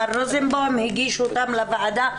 מר רוזנבאום הגיש אותן לוועדה,